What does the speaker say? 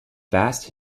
vast